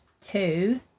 two